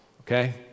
Okay